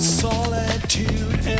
solitude